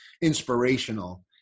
inspirational